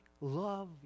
love